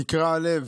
נקרע הלב,